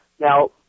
Now